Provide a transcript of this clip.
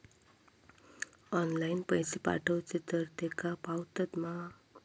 Online पैसे पाठवचे तर तेका पावतत मा?